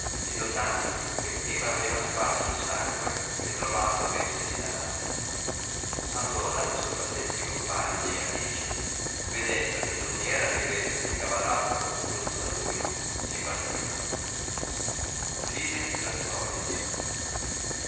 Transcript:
fatto egli dinotandogli che prima aveva sparso il sangue che trovato avesse li danari all'ora gli sopradetti compagni e amici vedendo che non vi era allegrezza di cavar altro construtto da lui si partirono